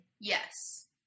Yes